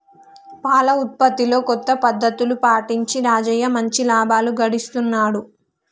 పాల ఉత్పత్తిలో కొత్త పద్ధతులు పాటించి రాజయ్య మంచి లాభాలు గడిస్తున్నాడు